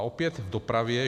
Opět k dopravě.